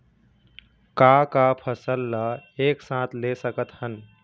का का फसल ला एक साथ ले सकत हन?